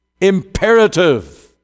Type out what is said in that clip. imperative